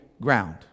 ground